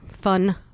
fun